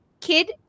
kid